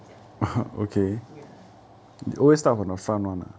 这样 ya